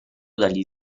dagli